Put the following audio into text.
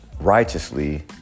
righteously